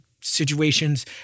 situations